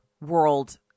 world